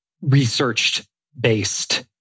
research-based